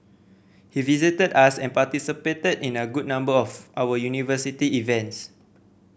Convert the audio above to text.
he visited us and participated in a good number of our university events